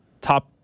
Top